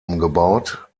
umgebaut